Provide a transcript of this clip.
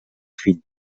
fill